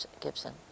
Gibson